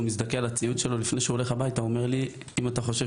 הוא מזדכה על הציוד שלו לפני שהוא הולך הביתה ואומר לי: אם אתה חושב